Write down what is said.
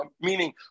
meaning